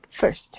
first